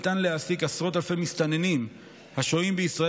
ניתן להעסיק עשרות אלפי מסתננים השוהים בישראל